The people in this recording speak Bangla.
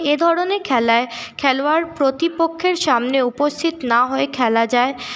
এধরনের খেলায় খেলোয়াড় প্রতিপক্ষের সামনে উপস্থিত না হয়ে খেলা যায়